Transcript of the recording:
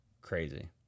crazy